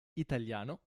italiano